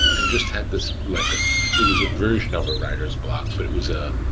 and just had this like ah it was a version of a writer's block, but it was ah